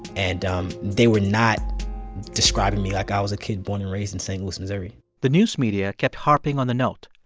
and um they were not describing me like i was a kid born and raised in st. louis, mo the news media kept harping on the note.